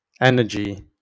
Energy